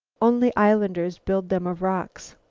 only islanders build them of rocks.